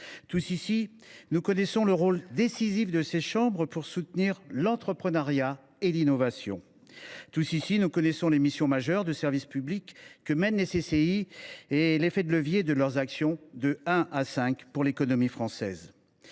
Tous ici, nous connaissons le rôle décisif de ces chambres pour soutenir l’entrepreneuriat et l’innovation. Tous ici, nous connaissons les missions majeures de service public que mènent les CCI et l’effet de levier de leurs actions de 1 à 5 pour l’économie française.